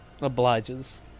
obliges